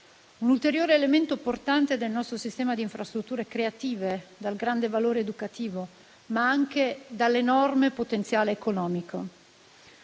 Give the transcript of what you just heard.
Un ulteriore elemento portante del nostro sistema di infrastrutture creative, dal grande valore educativo ma anche dall'enorme potenziale economico;